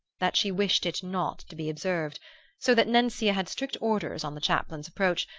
that she wished it not to be observed so that nencia had strict orders, on the chaplain's approach,